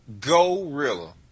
gorilla